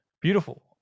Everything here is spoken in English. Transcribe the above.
beautiful